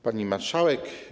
Pani Marszałek!